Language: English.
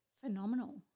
phenomenal